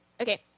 Okay